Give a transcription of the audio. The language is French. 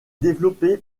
développé